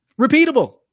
repeatable